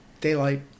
daylight